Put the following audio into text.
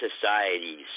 societies